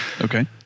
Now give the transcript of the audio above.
Okay